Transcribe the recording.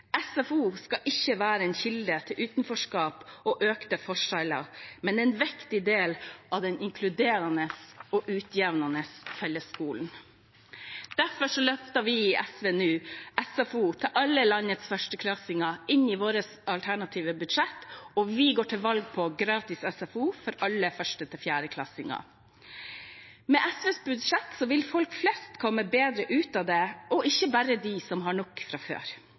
SFO skal ikke være en kilde til utenforskap og økte forskjeller, men en viktig del av den inkluderende og utjevnende fellesskolen. Derfor løfter vi i SV nå SFO til alle landets førsteklassinger inn i vårt alternative budsjett, og vi går til valg på gratis SFO for alle 1.–4.-klassinger. Med SVs budsjett vil folk flest komme bedre ut av det, og ikke bare de som har nok fra før.